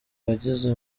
wagize